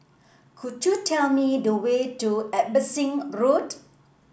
could you tell me the way to Abbotsingh Road